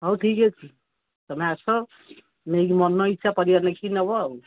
ହଉ ଠିକ୍ ଅଛି ତମେ ଆସ ନେଇକି ମନ ଇଚ୍ଛା ପରିବା ଲେଖିକି ନେବ ଆଉ